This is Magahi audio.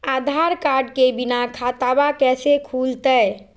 आधार कार्ड के बिना खाताबा कैसे खुल तय?